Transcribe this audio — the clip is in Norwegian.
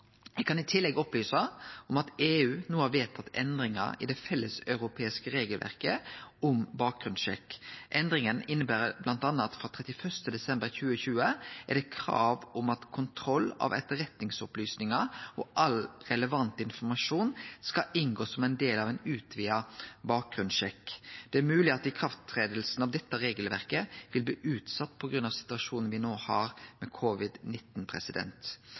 Eg kan i tillegg opplyse om at EU no har vedtatt endringar i det felleseuropeiske regelverket om bakgrunnssjekk. Endringa inneber bl.a. at frå 31. desember 2020 er det krav om at kontroll av etterretningsopplysningar og all relevant informasjon skal inngå som ein del av ein utvida bakgrunnssjekk. Det er mogleg at ikraftsetjing av dette regelverket vil bli utsett på grunn av situasjonen me no har med